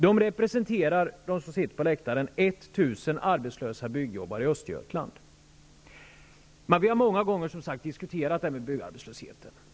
De byggjobbare som sitter på läktaren representerar 1 000 arbetslösa byggnadsarbetare i Östergötland. Vi har som sagt många gånger diskuterat frågan om byggarbetslösheten.